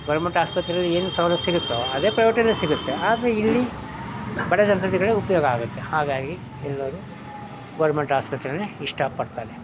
government ಆಸ್ಪತ್ರೆಲಿ ಏನು ಸವಲತ್ತು ಸಿಗುತ್ತೋ ಅದೇ ಪ್ರೈವೇಟಲ್ಲು ಸಿಗುತ್ತೆ ಆದರೆ ಇಲ್ಲಿ ಬಡ ಜನತೆಗಳಿಗೆ ಉಪಯೋಗ ಆಗುತ್ತೆ ಹಾಗಾಗಿ ಎಲ್ಲರೂ ಗೋರ್ಮೆಂಟ್ ಆಸ್ಪತ್ರೆಯೇ ಇಷ್ಟಪಡ್ತಾರೆ